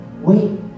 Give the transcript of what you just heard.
Wait